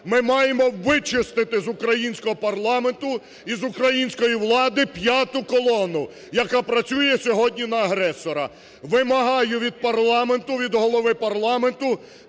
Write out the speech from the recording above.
Ми маємо вичистити з українського парламенту і з української влади "п'яту колону", яка працює сьогодні на агресора. Вимагаю від парламенту, від голови парламенту